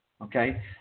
okay